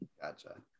Gotcha